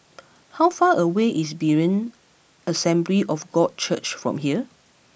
how far away is Berean Assembly of God Church from here